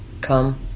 come